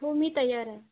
हो मी तयार आहे